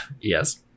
yes